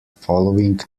following